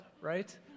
right